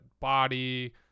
body